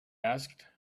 asked